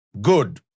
good